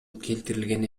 келтирилген